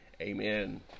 Amen